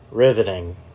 Riveting